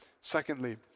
Secondly